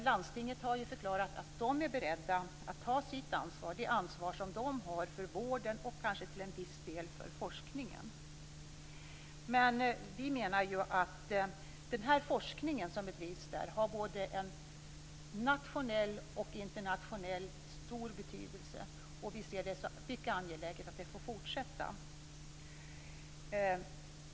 Landstinget har förklarat sig berett att ta det ansvar som de har för vården och kanske till en viss del för forskningen. Vi menar att den forskning som bedrivs där både nationellt och internationellt har stor betydelse och ser det som mycket angeläget att den får fortsätta.